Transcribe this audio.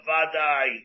Vada'i